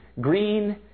green